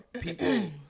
people